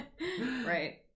Right